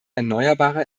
erneuerbarer